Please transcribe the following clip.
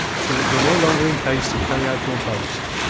so that you are no longer in case to carry out your boast,